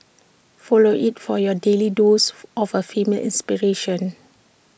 follow IT for your daily dose of A female inspiration